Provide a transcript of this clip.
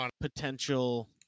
potential